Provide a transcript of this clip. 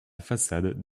façade